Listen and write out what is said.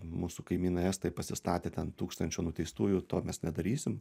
mūsų kaimynai estai pasistatė ten tūkstančio nuteistųjų to mes nedarysim